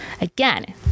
Again